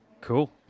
Cool